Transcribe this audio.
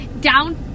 down